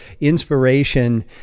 inspiration